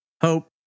Hope